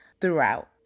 throughout